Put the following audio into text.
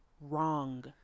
wrong